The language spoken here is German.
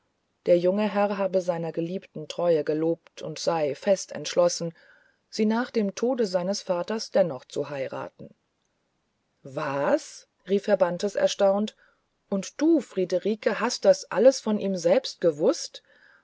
der junge herr habe seiner geliebten treue gelobt und sei fest entschlossen sie nach dem tode seines vaters dennoch zu heiraten was rief herr bantes erstaunt und du friederike hast das alles von ihm selbst gewußt